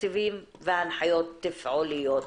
תקציבים והנחיות תפעוליות,